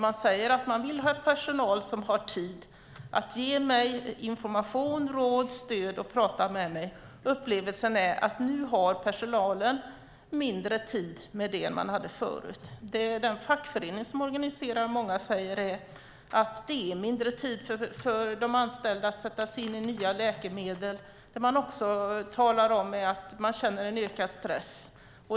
Man säger att man vill ha personal som har tid att ge information, råd, stöd och att prata. Upplevelsen är att personalen nu har mindre tid med det man ägnade sig åt förut. Den fackförening som organiserar många säger att det är mindre tid för de anställda att sätta sig in i nya läkemedel, och man säger att man känner en ökad stress.